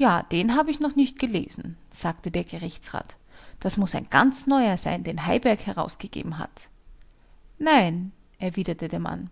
ja den habe ich noch nicht gelesen sagte der gerichtsrat das muß ein ganz neuer sein den heiberg herausgegeben hat nein erwiderte der mann